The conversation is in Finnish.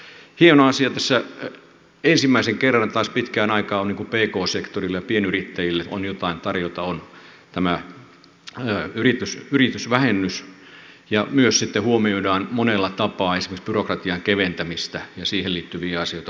hieno asia on että tässä ensimmäisen kerran taas pitkään aikaan pk sektorille ja pienyrittäjille on jotain tarjota eli tämä yritysvähennys ja myös huomioidaan monella tapaa esimerkiksi byrokratian keventämistä ja siihen liittyviä asioita pk sektorilla